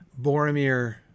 Boromir